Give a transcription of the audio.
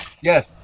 Yes